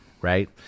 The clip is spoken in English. Right